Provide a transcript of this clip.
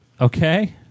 Okay